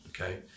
okay